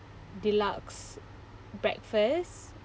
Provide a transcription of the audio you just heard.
deluxe breakfast